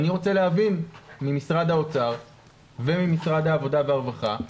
אני רוצה להבין ממשרד האוצר וממשרד העבודה והרווחה,